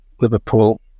Liverpool